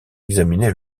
examiné